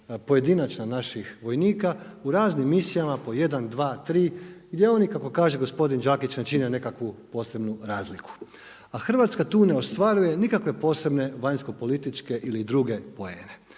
pojedinačna naših vojnika u raznim misijama po jedan, dva, tri, gdje oni kako kaže gospodin Đakić ne čine nekakvu posebnu razliku. A Hrvatska tu ne ostvaruje nikakve posebne vanjskopolitičke ili druge poene.